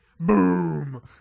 Boom